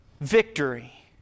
Victory